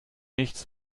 nichts